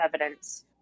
evidence